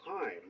time